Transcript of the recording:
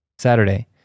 Saturday